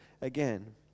again